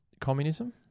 communism